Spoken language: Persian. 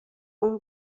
اون